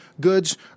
goods